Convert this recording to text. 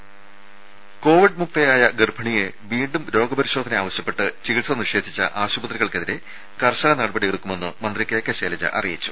ദേദ കോവിഡ് മുക്തയായ ഗർഭിണിയെ വീണ്ടും രോഗ പരിശോധന ആവശ്യപ്പെട്ട് ചികിത്സ നിഷേധിച്ച ആശുപത്രികൾക്കെതിരെ കർശന നടപടി എടുക്കുമെന്ന് മന്ത്രി കെ കെ ശൈലജ അറിയിച്ചു